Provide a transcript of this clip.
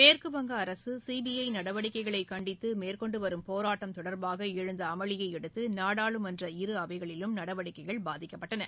மேற்குவங்க அரசு சிபிஐ நடவடிக்கைகளை கண்டித்து மேற்கொண்டு வரும் போரட்டம் தொடர்பாக எழுந்த அமளியை அடுத்து நாடாளுமன்ற இரு அவைகளிலும் நடவடிக்கைகள் பாதிக்கப்பட்டன